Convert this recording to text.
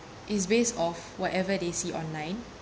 is base of whatever they see online